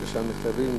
שלושה מכתבים,